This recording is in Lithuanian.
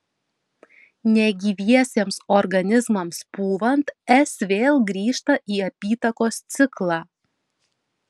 negyviesiems organizmams pūvant s vėl grįžta į apytakos ciklą